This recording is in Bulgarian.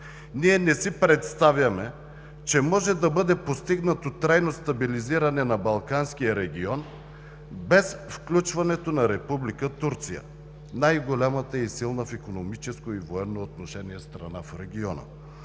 Ние не си представяме, че може да бъде постигнато трайно стабилизиране на Балканския регион без включването на Република Турция – най-голямата и силна в икономическо и военно отношение страна в региона,